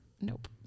Nope